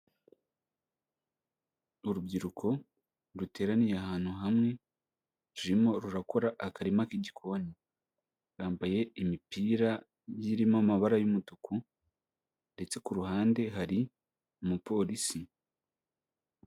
Urubyiruko ruteraniye ahantu hamwe, rurimo rurakora akarima k'igikoni, bambaye imipira igiye irimo amabara y'umutuku ndetse ku ruhande hari umupolisi.